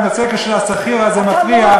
אני רוצה שכשהשכיר הזה מפריע,